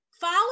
Follow